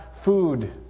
food